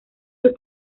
sus